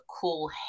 cool